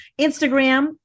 Instagram